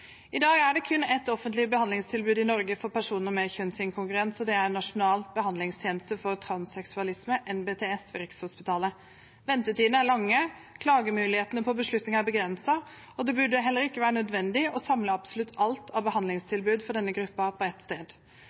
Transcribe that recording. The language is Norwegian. I dag er det kun ett offentlig behandlingstilbud i Norge for personer med kjønnsinkongruens, og det er Nasjonal behandlingstjeneste for transseksualisme, NBTS, ved Rikshospitalet. Ventetiden er lang, klagemuligheten på beslutningen er begrenset, og det burde heller ikke være nødvendig å samle absolutt alt av behandlingstilbud for denne gruppen på ett sted.